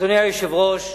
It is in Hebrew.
אדוני היושב-ראש,